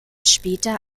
später